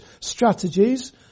strategies